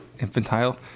infantile